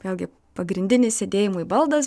vėlgi pagrindinis sėdėjimui baldas